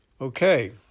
Okay